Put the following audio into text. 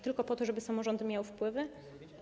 Tylko po to, żeby samorządy miały wpływy?